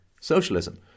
socialism